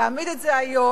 להעמיד את זה היום,